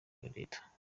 leta